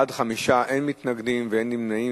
בעד, 5, אין מתנגדים ואין נמנעים.